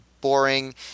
boring